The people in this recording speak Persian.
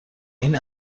این